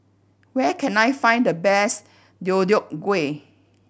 where can I find the best Deodeok Gui